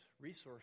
resources